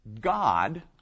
God